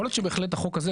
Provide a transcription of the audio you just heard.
יכול להיות שבהחלט החוק הזה,